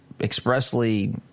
expressly